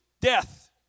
death